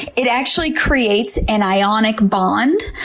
it actually creates an ionic bond.